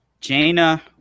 Jaina